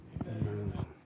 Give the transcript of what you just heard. Amen